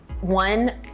one